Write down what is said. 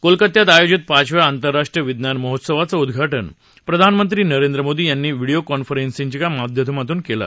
कोलकात्यात आयोजित पाचव्या आंतराष्ट्रीय विज्ञान महोत्सवाचं उद्घाटन प्रधानमंत्री नरेंद्र मोदी यांनी व्हिडीओ कॉन्फरन्सिंगच्या माध्यमातून आज केलं